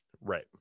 right